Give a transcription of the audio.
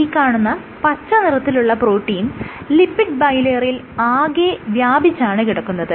ഈ കാണുന്ന പച്ച നിറത്തിലുള്ള പ്രോട്ടീൻ ലിപ്പിഡ് ബൈലെയറിൽ ആകെ വ്യാപിച്ചാണ് കിടക്കുന്നത്